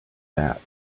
that